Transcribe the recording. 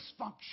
dysfunction